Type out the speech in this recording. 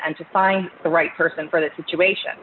and to find the right person for that situation